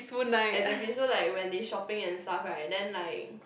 exactly so like when they shopping at stuff like then like